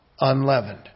unleavened